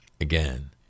again